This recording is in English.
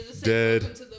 Dead